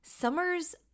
Summer's